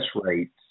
rates